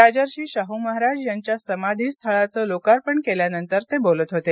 राजर्षी शाह महाराज यांच्या समाधीस्थळाचं लोकार्पण केल्यानंतर ते बोलत होते